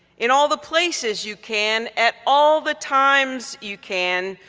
in all the places you can, at all the times you can,